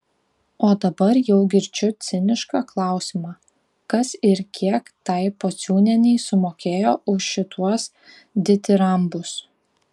o dabar jau girdžiu cinišką klausimą kas ir kiek tai pociūnienei sumokėjo už šituos ditirambus